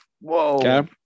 Whoa